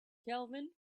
kelvin